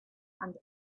and